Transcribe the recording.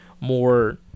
more